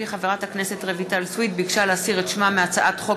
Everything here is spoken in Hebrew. כי חברת הכנסת רויטל סויד ביקשה להסיר את שמה מהצעת חוק